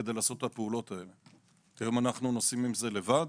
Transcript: כדי לעשות את הפעולות האלה אותן אנחנו היום נושאים לבד.